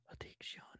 Addiction